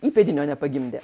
įpėdinio nepagimdė